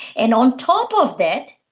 and on top of that,